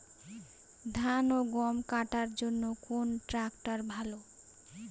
ধান ও গম কাটার জন্য কোন ট্র্যাক্টর ভালো?